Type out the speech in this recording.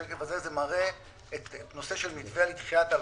השקף הזה מראה את נושא המתווה לקיחת הלוואות.